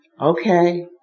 Okay